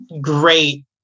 great